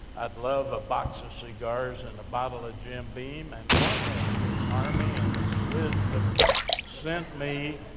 i'd love a box of cigars, and a bottle of jim beam, and what has the army, in its wisdom sent me,